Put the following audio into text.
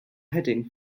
heading